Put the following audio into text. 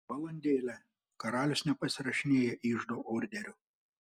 valandėlę karalius nepasirašinėja iždo orderių